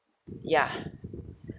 yeah